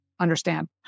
understand